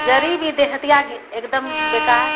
जड़ी भी देहतिया एकदम बेकार